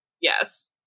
yes